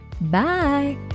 bye